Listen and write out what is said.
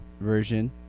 version